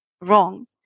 wrong